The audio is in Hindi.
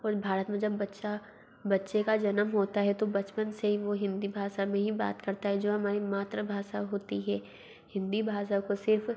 और भारत में जब बच्चा बच्चे का जन्म होता है तो बचपन से ही वो हिन्दी भाषा में ही बात करता है जो हमारी मात्रभाषा होती है हिन्दी भाषा को सिर्फ़